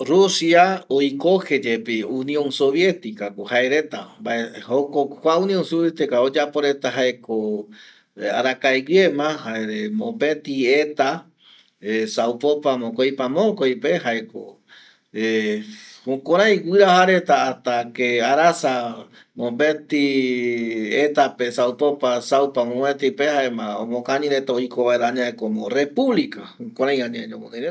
Rusia oikoje yepi Union Sovieticako jaereta mbae joko kua Union Sovietica oyapo reta jaeko arakae guiema jare mopeti eta saupopa mokoipa mokoipe jaeko jukurai guiraja reta hasta que arasa mopeti etape saupopa saupa mopetipe jaema omokañi reta oiko vaera añae komo Republica jukurai añae ñoguinoi reta